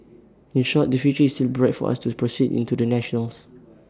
in short the future is still bright for us to proceed into the national's